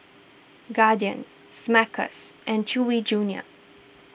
Guardian Smuckers and Chewy Junior